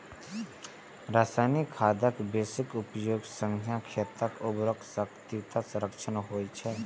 रासायनिक खादक बेसी उपयोग सं खेतक उर्वरा शक्तिक क्षरण होइ छै